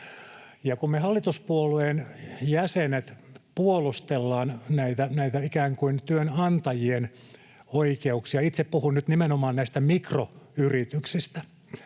kun me hallituspuolueen jäsenet puolustellaan näitä ikään kuin työnantajien oikeuksia — itse puhun nyt nimenomaan näistä mikroyrityksistä